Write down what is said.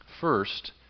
First